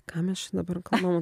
ką mes čia dabar kalbam